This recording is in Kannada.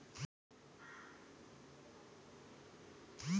ನನಗೆ ಇಂಟರ್ನೆಟ್ ಬ್ಯಾಂಕಿಂಗ್ ವ್ಯವಸ್ಥೆ ಮಾಡಿ ಕೊಡ್ತೇರಾ?